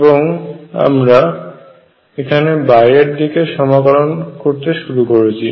এবং আমরা এখানে বাইরের দিকে সমাকলন করতে শুরু করেছি